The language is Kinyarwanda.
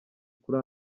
kuri